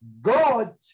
God